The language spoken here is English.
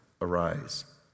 arise